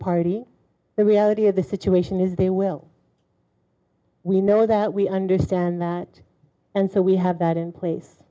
party the reality of the situation is they will we know that we understand that and so we have that in place